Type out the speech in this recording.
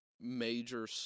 major